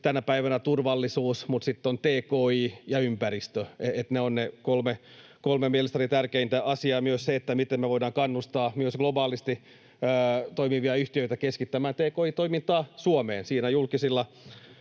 tänä päivänä turvallisuus, mutta sitten on tki ja ympäristö. Ne ovat ne kolme mielestäni tärkeintä asiaa, ja myös se, miten me voidaan kannustaa myös globaalisti toimivia yhtiöitä keskittämään tki-toimintaa Suomeen. Siinä tietyillä